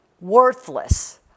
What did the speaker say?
worthless